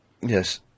Yes